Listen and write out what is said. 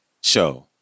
Show